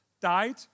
died